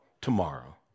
tomorrow